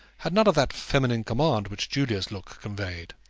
had none of that feminine command which julia's look conveyed.